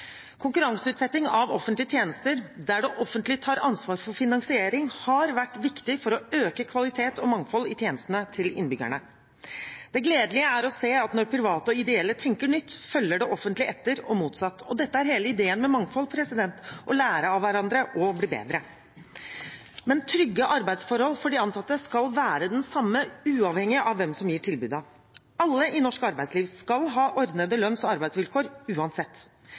Konkurranseutsetting av offentlige tjenester der det offentlige tar ansvar for finansiering, har vært viktig for å øke kvalitet og mangfold i tjenestene til innbyggerne. Det gledelige er å se at når private og ideelle tenker nytt, følger det offentlige etter, og motsatt. Dette er hele ideen med mangfold, å lære av hverandre og bli bedre. Men trygge arbeidsforhold for de ansatte skal være de samme uavhengig av hvem som gir tilbudet. Alle i norsk arbeidsliv skal ha ordnede lønns- og arbeidsvilkår uansett.